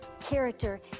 character